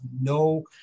no